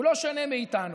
הוא לא שונה מאיתנו,